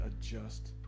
adjust